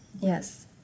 Yes